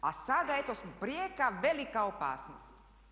A sada eto smo prijeka, velika opasnost.